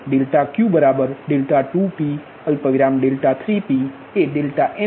∆Pnpસુધી છે અને ∆Qબરાબર ∆Q2p ∆Q3p